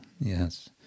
yes